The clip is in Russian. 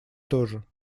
тоже